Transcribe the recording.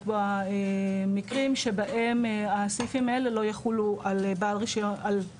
לקבוע מקרים שבהם הסעיפים האלה לא יחולו על תאגיד